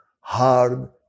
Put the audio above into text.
hard